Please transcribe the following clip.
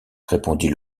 répondit